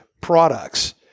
products